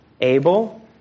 Abel